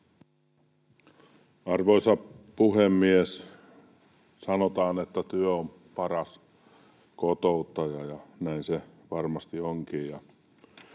Arvoisa puhemies! Sanotaan, että työ on paras kotouttaja, ja näin se varmasti onkin.